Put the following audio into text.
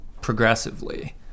progressively